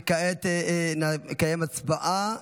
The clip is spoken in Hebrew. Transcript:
וכעת נקיים הצבעה.